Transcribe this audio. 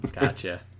Gotcha